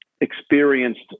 experienced